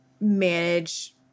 manage